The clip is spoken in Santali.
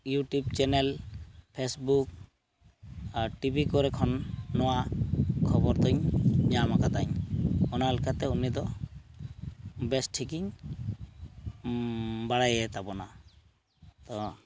ᱤᱭᱩᱴᱤᱭᱩᱵᱽ ᱪᱮᱱᱮᱞ ᱯᱷᱮᱥᱵᱩᱠ ᱟᱨ ᱴᱤᱵᱤ ᱠᱚᱨᱮ ᱠᱷᱚᱱ ᱱᱚᱣᱟ ᱠᱷᱚᱵᱚᱨᱫᱚᱧ ᱧᱟᱢ ᱟᱠᱟᱫᱟᱹᱧ ᱚᱱᱟᱞᱮᱠᱟᱛᱮ ᱩᱱᱤᱫᱚ ᱵᱮᱥ ᱴᱷᱤᱠᱤᱧ ᱵᱟᱲᱟᱭᱮ ᱛᱟᱵᱚᱱᱟ ᱛᱚ